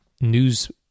news